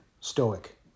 stoic